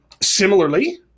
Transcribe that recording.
Similarly